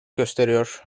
gösteriyor